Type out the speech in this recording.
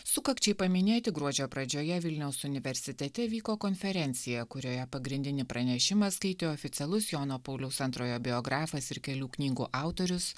sukakčiai paminėti gruodžio pradžioje vilniaus universitete vyko konferencija kurioje pagrindinį pranešimą skaitė oficialus jono pauliaus antrojo biografas ir kelių knygų autorius